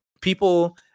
people